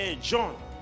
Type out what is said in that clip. John